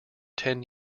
ten